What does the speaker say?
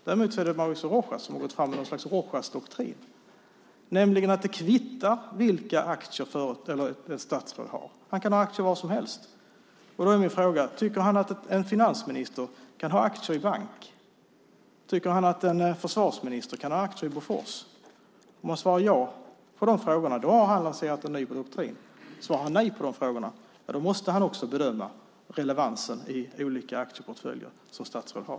Däremot är det Mauricio Rojas som har gått fram med något slags Rojasdoktrin, nämligen att det kvittar vilka aktier ett statsråd har - han kan ha aktier var som helst. Då är min fråga: Tycker han att en finansminister kan ha aktier i bank? Tycker han att en försvarsminister kan ha aktier i Bofors? Om han svarar ja på de frågorna har han lanserat en ny doktrin. Om han svarar nej på de frågorna måste han också bedöma relevansen i olika aktieportföljer som statsråd har.